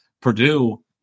Purdue